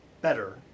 better